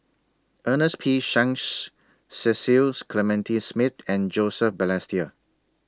Ernest P Shanks Cecil Clementi Smith and Joseph Balestier